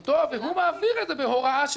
והוא מעביר את זה בהוראה של הכנסת,